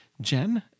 Jen